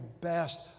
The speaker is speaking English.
best